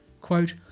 Quote